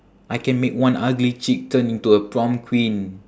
I can make one ugly chick turn into a prom queen